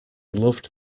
loved